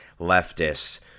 leftists